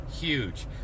huge